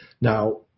Now